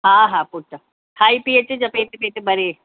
हा हा पुटु खाई पी अचिजे पेट वेट भरे